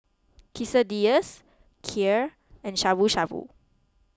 Quesadillas Kheer and Shabu Shabu